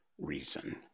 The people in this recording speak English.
reason